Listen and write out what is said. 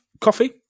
coffee